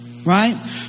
Right